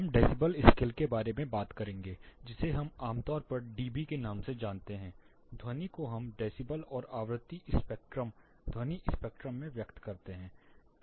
हम decibel scale के बारे में बात करेंगे जिसे हम आमतौर पर डीबी के नाम से जानते हैं ध्वनि को हम डेसीबल और आवृत्ति स्पेक्ट्रम ध्वनि स्पेक्ट्रम में व्यक्त करते है